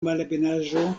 malebenaĵo